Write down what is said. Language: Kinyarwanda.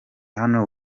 hano